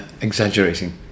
exaggerating